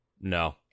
No